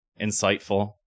insightful